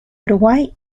uruguay